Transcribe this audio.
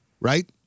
right